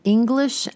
English